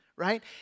right